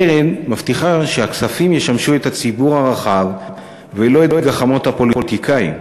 הקרן מבטיחה שהכספים ישמשו את הציבור הרחב ולא את גחמות הפוליטיקאים.